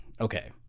okay